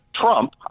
Trump